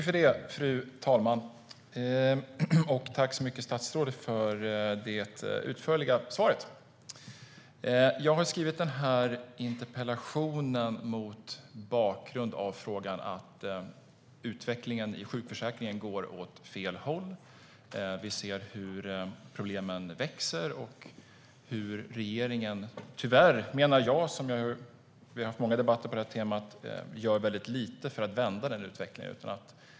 Fru talman! Jag tackar statsrådet för det utförliga svaret. Jag har skrivit den här interpellationen mot bakgrund av att utvecklingen går åt fel håll i sjukförsäkringen. Vi har haft många debatter på detta tema. Vi ser hur problemen växer och hur regeringen tyvärr, menar jag, gör väldigt lite för att vända denna utveckling.